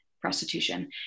prostitution